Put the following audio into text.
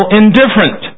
indifferent